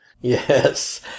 Yes